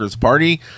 party